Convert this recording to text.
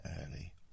early